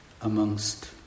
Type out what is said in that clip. amongst